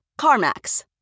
CarMax